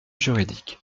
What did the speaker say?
juridique